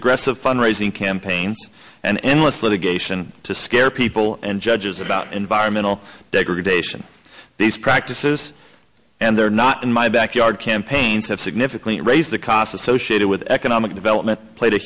aggressive fund raising campaign and endless litigation to scare people and judges about environmental degradation these practices and they're not in my backyard campaign to significantly raise the costs associated with economic development played a